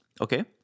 Okay